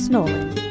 Nolan